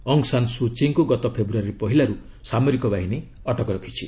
ଅଙ୍ଗ San Suu Kyi ଙ୍କୁ ଗତ ଫେବୃୟାରୀ ପହିଲାରୁ ସାମରିକ ବାହିନୀ ଅଟକ ରଖିଛି